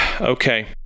okay